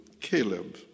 Caleb